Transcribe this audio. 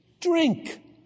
drink